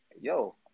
yo